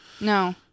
No